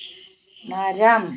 മരം